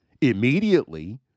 immediately